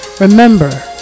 remember